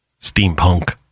Steampunk